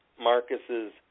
Marcus's